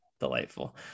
Delightful